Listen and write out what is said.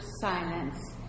Silence